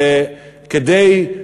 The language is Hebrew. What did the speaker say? וכדי,